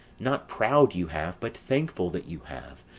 not proud you have, but thankful that you have.